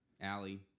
Allie